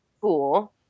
cool